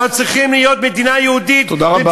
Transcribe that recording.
אנחנו צריכים להיות מדינה יהודית, תודה רבה.